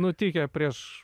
nutikę prieš